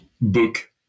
book